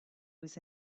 was